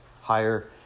higher